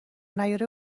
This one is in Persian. نیاره